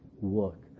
work